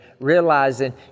realizing